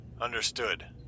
Understood